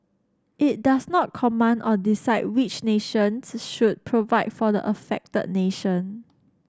it does not command or decide which nations should provide for the affected nation